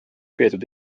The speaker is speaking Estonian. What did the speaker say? peetud